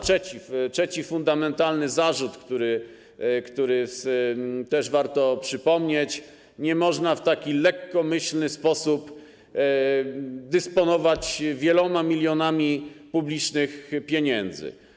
Trzeci fundamentalny zarzut, który też warto przypomnieć - nie można w tak lekkomyślny sposób dysponować wieloma milionami publicznych pieniędzy.